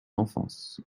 enfance